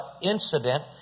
incident